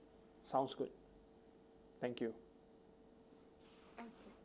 sounds good thank you